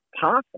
possible